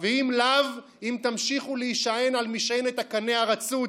ואם לאו, אם תמשיכו להישען על משענת הקנה הרצוץ,